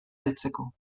heltzeko